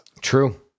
True